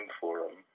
forum